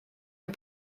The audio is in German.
ein